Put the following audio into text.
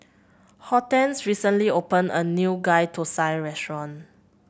Hortense recently opened a new Ghee Thosai restaurant